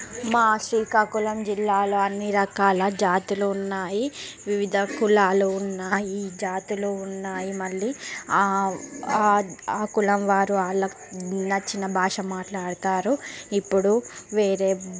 మా శ్రీకాకుళం జిల్లాలో అన్ని రకాల జాతులు ఉన్నాయి వివిధ కులాలు ఉన్నాయి జాతులు ఉన్నాయి మళ్ళీ ఆ కులం వారు వాళ్ళకి నచ్చిన భాష మాట్లాడతారు ఇప్పుడు వేరే